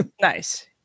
nice